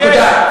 נקודה.